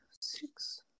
Six